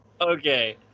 Okay